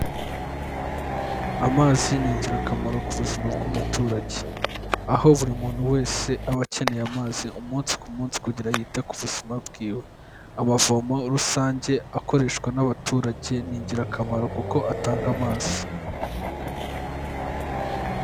Amazi ni ingirakamaro ku buzima bw'umuturage, aho buri muntu wese aba akeneye amazi umunsi ku munsi kugira ngo yite ku buzima bwiwe, amavomo rusange akoreshwa n'abaturage ni ingirakamaro kuko atanga amazi.